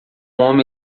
homem